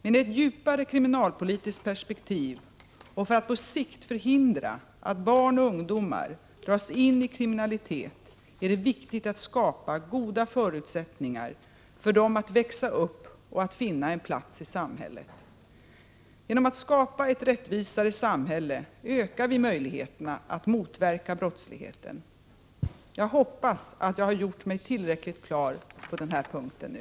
Men i ett djupare kriminalpolitiskt perspektiv och för att på sikt förhindra att barn och ungdomar dras in i kriminalitet är det viktigt att skapa goda förutsättningar för dem att växa upp och finna en plats i samhället. Genom att skapa ett rättvisare samhälle ökar vi möjligheterna att motverka brottsligheten. Jag hoppas att jag har gjort mig tillräckligt klar på den här punkten nu.